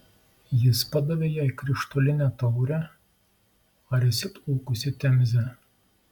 jis padavė jai krištolinę taurę ar esi plaukusi temze